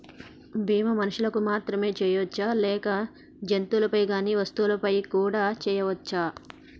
బీమా మనుషులకు మాత్రమే చెయ్యవచ్చా లేక జంతువులపై కానీ వస్తువులపై కూడా చేయ వచ్చా?